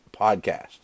podcast